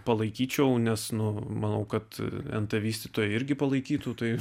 palaikyčiau nes nu manau kad nt vystytojai irgi palaikytų tai